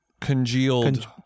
congealed